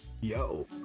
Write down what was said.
yo